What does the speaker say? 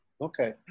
Okay